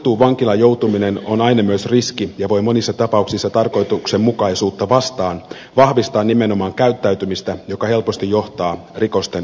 suljettuun vankilaan joutuminen on aina myös riski ja voi monissa tapauksissa tarkoituksenmukaisuutta vastaan vahvistaa nimenomaan käyttäytymistä joka helposti johtaa rikosten uusimiseen